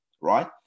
right